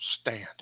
stand